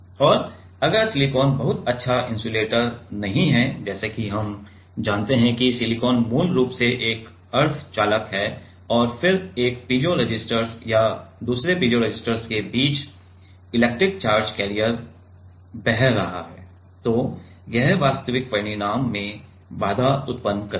और अगर सिलिकॉन बहुत अच्छा इन्सुलेटर नहीं है जैसे कि हम जानते हैं कि सिलिकॉन मूल रूप से एक अर्धचालक है और फिर एक पीजो रेसिस्टर और दूसरे पीजो रेसिस्टर के बीच इलेक्ट्रिक चार्ज कैरियर बह रहा है तो यह वास्तविक परिणाम में बाधा उत्पन्न करेगा